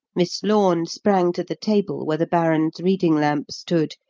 miss lorne sprang to the table where the baron's reading-lamp stood,